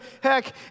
heck